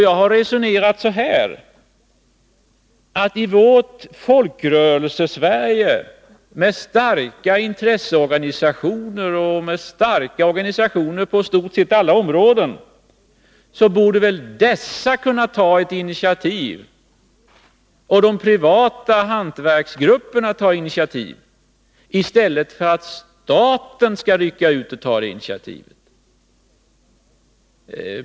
Jag har resonerat på följande sätt: I vårt Folkrörelsesverige med starka intresseorganisationer och starka organisationer på i stort sett alla områden borde väl dessa organisationer och de privata hantverksgrupperna kunna ta initiativ i stället för att staten skall rycka ut och göra det.